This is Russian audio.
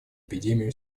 эпидемию